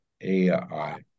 AI